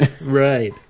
Right